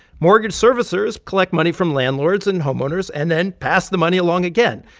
mortgage servicers collect money from landlords and homeowners and then pass the money along again.